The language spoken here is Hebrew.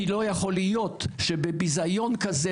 כי לא יכול להיות שבביזיון כזה,